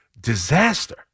disaster